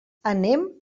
anem